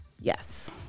Yes